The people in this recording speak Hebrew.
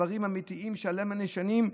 דברים אמיתיים שעליהם אנו נשענים,